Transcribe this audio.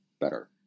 better